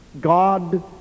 God